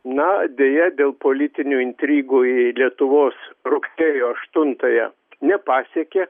na deja dėl politinių intrigų ji lietuvos rugsėjo aštuntąją nepasiekė